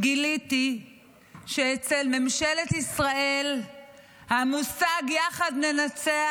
גיליתי שאצל ממשלת ישראל המושג "יחד ננצח"